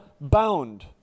bound